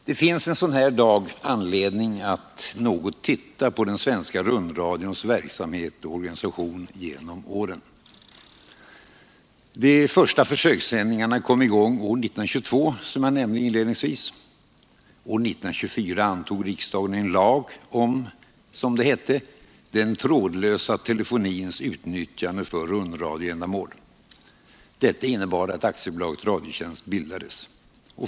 Det finns dock i dag anledning att något se på den svenska rundradions verksamhet och organisation genom åren. De första försökssändningarna kom i gång år 1922, som jag nämnde inledningsvis. År 1924 antog riksdagen en lag om — som det hette — ”den trådlösa telefoniens utnyttjande för rundradioändamål”. Detta innebar att AB Radiotjänst bildades.